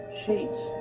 sheets